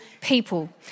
people